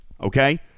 okay